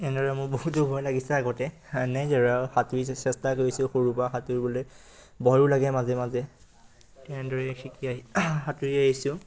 এনেদৰে মোৰ বহুতো ভয় লাগিছে আগতে এনেই ধৰক সাঁতুৰি চেষ্টা কৰিছোঁ সৰুৰপৰা সাঁতুৰিবলৈ ভয়ো লাগে মাজে মাজে তেনেদৰে শিকি আহি সাঁতুৰি আহিছোঁ